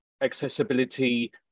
accessibility